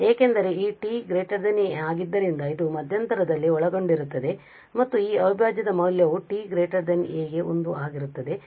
ಏಕೆಂದರೆ ಈ t a ಆಗಿದ್ದರಿಂದ ಇದು ಮಧ್ಯಂತರದಲ್ಲಿ ಒಳಗೊಂಡಿರುತ್ತದೆ ಮತ್ತು ಈ ಅವಿಭಾಜ್ಯದ ಮೌಲ್ಯವು t a ಗೆ 1 ಆಗಿರುತ್ತದೆ ಮತ್ತು 0 ಮತ್ತು t a